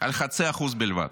על 0.5% בלבד.